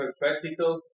practical